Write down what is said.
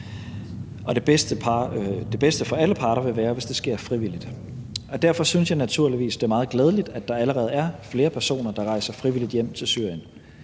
og det bedste for alle parter vil være, hvis det sker frivilligt. Derfor synes jeg naturligvis, det er meget glædeligt, at der allerede er flere personer, der rejser frivilligt hjem til Syrien.